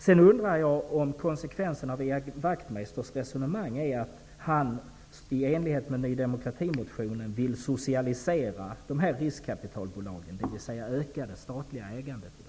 Jag undrar om konsekvensen av Ian Wachtmeisters resonemang är att han i enlighet med motionen från Ny demokrati vill socialisera riskkapitalbolagen, dvs. öka det statliga ägandet i dem.